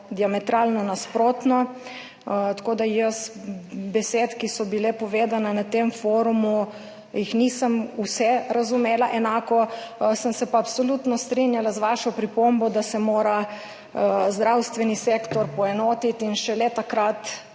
diametralno nasprotno. Tako da jaz besed, ki so bile povedane na tem forumu, nisem vseh razumela enako, sem se pa absolutno strinjala z vašo pripombo, da se mora zdravstveni sektor poenotiti in šele takrat